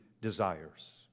desires